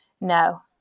no